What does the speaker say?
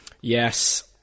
Yes